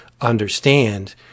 understand